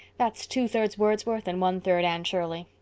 that's two thirds wordsworth and one third anne shirley.